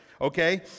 okay